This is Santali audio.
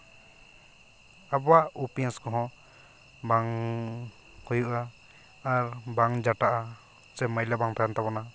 ᱟᱵᱚᱣᱟᱜ ᱩᱯᱤᱭᱟᱹᱥ ᱠᱚᱦᱚᱸ ᱵᱟᱝ ᱦᱩᱭᱩᱜᱼᱟ ᱟᱨ ᱵᱟᱝ ᱡᱟᱴᱟᱜᱼᱟ ᱥᱮ ᱢᱟᱹᱭᱞᱟᱹ ᱵᱟᱝ ᱛᱟᱦᱮᱱ ᱛᱟᱵᱚᱱᱟ